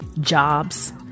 jobs